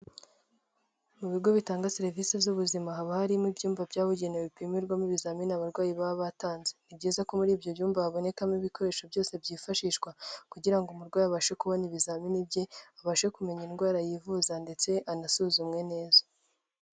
Mu ibigo bitanga serivisi z'ubuzima, haba harimo ibyumba byabugenewe bipimirwamo ibizamini abarwayi baba batanze. Ni byiza ko muri ibyo byumba habonekamo ibikoresho byose byifashishwa kugira ngo umurwayi abashe kubona ibizamini bye, abashe kumenya indwara yivuza, ndetse anasuzumwe neza.